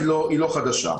הוא לא חדש.